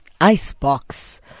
Icebox